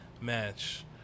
match